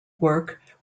work